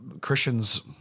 Christians